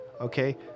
Okay